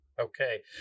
Okay